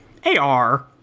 AR